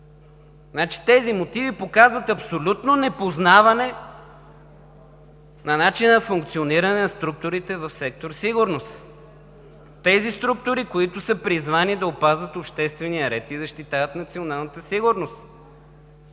тези мотиви показват абсолютно непознаване на начина на функциониране на структурите в сектор „Сигурност“ – структурите, които са призвани да опазват обществения ред и да защитават националната сигурност.